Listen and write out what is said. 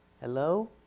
Hello